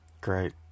great